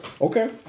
Okay